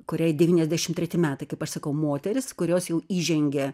kuriai devyniasdešim treti metai kaip aš sakau moterys kurios jau įžengė